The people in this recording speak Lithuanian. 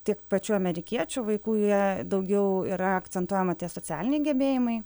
tiek pačių amerikiečių vaikų jie daugiau yra akcentuojama tie socialiniai gebėjimai